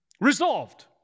Resolved